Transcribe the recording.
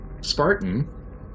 Spartan